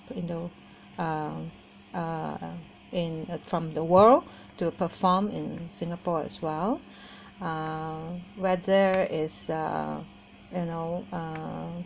you know uh uh in uh from the world to perform in singapore as well um where there is uh you know uh